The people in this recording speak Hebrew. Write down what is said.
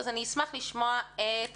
אשמח לשמוע את